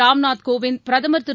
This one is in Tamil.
ராம் நாத் கோவிந்த் பிரதமர் திரு